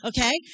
Okay